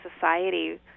society